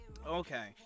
okay